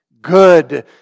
Good